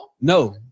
No